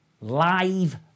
live